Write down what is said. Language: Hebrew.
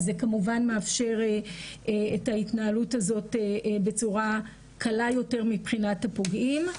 אז זה כמובן מאפשר את ההתנהלות הזאת בצורה קלה יותר מבחינת הפוגעים.